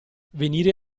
venire